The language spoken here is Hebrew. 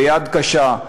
ביד קשה,